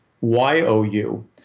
Y-O-U